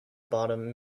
bottom